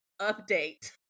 update